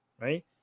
right